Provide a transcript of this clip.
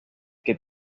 que